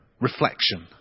reflection